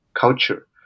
Culture